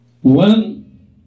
One